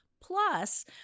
Plus